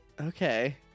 Okay